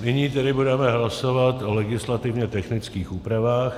Nyní tedy budeme hlasovat o legislativně technických úpravách.